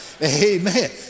Amen